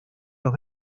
los